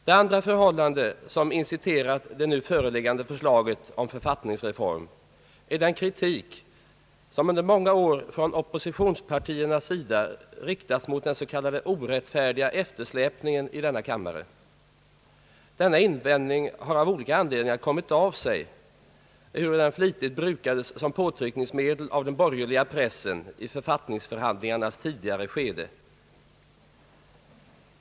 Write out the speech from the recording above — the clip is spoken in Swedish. Det andra förhållande som inciterat det nu föreliggande förslaget om författningsreform är den kritik, som under många år från oppositionspartiernas sida riktats mot den s.k. orättfärdiga eftersläpningen i denna kammare. Denna invändning har av olika anledningar kommit av sig nu, ehuru den flitigt brukades som påtryckningsmedel av den borgerliga pressen i författningsförhandlingarnas tidigare skede.